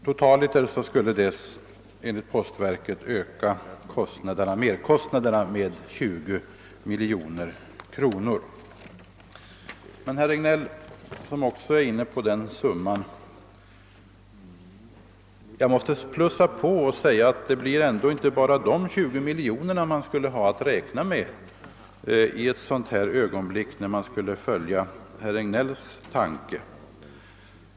Totalt skulle detta enligt postverket öka merkostnaderna med 20 miljoner. Men man skulle ha att räkna med inte bara de 20 miljonerna, om man skulle följa herr Regnélls tanke.